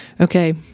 Okay